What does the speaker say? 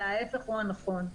אלא ההפך הוא הנכון.